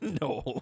No